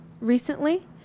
recently